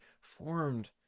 formed